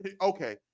Okay